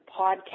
podcast